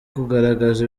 kugaragaza